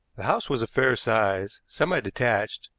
the house was a fair size, semi-detached,